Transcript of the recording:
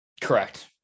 Correct